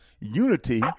Unity